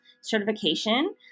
certification